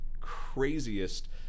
craziest